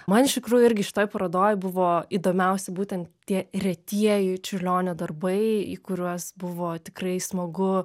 man iš tikrųjų irgi šitoj parodoj buvo įdomiausi būtent tie retieji čiurlionio darbai į kuriuos buvo tikrai smagu